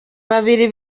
babiri